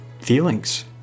feelings